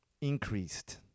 increased